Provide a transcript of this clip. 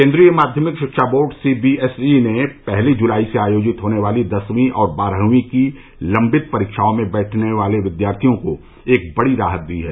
केंद्रीय माध्यमिक शिक्षा बोर्ड सीबीएसई ने पहली जुलाई से आयोजित होने वाली दसवीं और बारहवीं की लंबित परीक्षाओं में बैठने वाले विद्यार्थियों को एक बड़ी राहत दी है